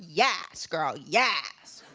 yes, girl, yes!